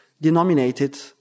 denominated